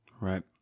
Right